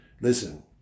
Listen